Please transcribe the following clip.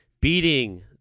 beating